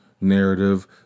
narrative